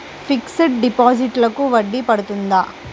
Fixed డిపాజిట్లకు వడ్డీ పడుతుందా?